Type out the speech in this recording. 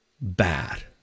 bad